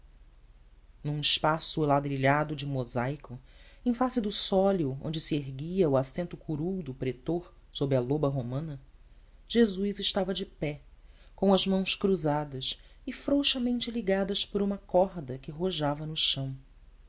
num espaço ladrilhado de mosaico em face do sólio onde se erguia o assento curul do pretor sob a loba romana jesus estava de pé com as mãos cruzadas e frouxamente ligadas por uma corda que rojava no chão